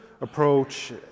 approach